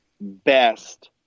best